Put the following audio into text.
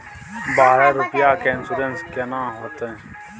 बारह रुपिया के इन्सुरेंस केना होतै?